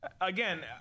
Again